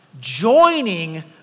Joining